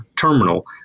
terminal